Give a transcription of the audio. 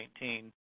2019